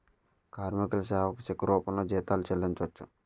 కార్మికుల సేవకు చెక్కు రూపంలో జీతాలు చెల్లించవచ్చు